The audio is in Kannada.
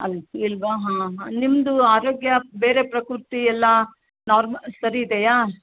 ಅಲ್ಲ ಇಲ್ಲವಾ ಹಾಂ ನಿಮ್ದು ಆರೋಗ್ಯ ಬೇರೆ ಪ್ರಕೃತಿಯೆಲ್ಲ ನಾರ್ಮ ಸರಿ ಇದೆಯಾ